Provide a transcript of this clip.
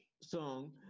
song